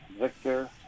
Victor